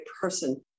person